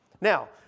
Now